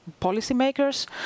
policymakers